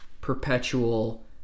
perpetual